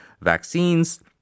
vaccines